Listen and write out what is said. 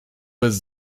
bez